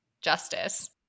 justice